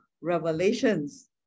revelations